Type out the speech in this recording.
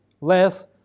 less